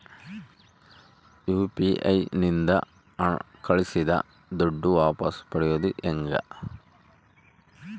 UPI ನಿಂದ ಕಳುಹಿಸಿದ ದುಡ್ಡು ವಾಪಸ್ ಪಡೆಯೋದು ಹೆಂಗ?